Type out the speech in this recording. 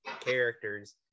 characters